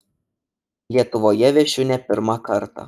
lietuvoje viešiu ne pirmą kartą